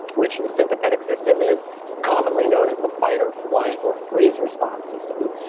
which the sympathetic system is commonly known as the fight or flight or freeze response system,